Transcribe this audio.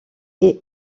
est